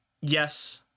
Yes